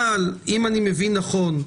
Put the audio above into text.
אבל אם אני מבין נכון,